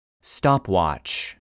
Stopwatch